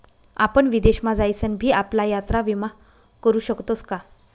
आपण विदेश मा जाईसन भी आपला यात्रा विमा करू शकतोस का?